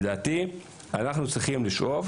לדעתי אנחנו צריכים לשאוף